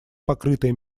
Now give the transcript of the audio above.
покрытая